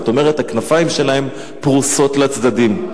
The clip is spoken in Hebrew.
זאת אומרת, הכנפיים שלהם פרוסות לצדדים.